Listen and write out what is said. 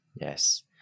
Yes